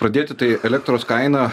pradėti tai elektros kaina